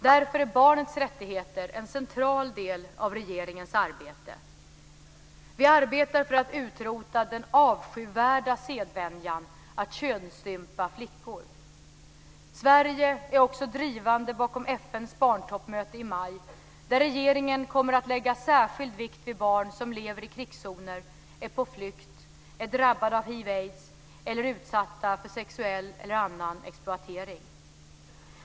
Därför är barnets rättigheter en central del av regeringens arbete. Vi arbetar för att utrota den avskyvärda sedvänjan att könsstympa flickor. Sverige är också drivande bakom FN:s barntoppmöte i maj där regeringen kommer att lägga särskild vikt vid barn som lever i krigszoner, är på flykt, är drabbade av hiv/aids eller utsatta för sexuell eller annan exploatering.